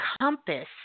compass